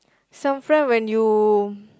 some friend when you